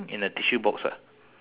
and his